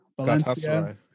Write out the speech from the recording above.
Valencia